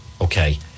okay